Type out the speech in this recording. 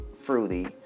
Fruity